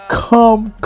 come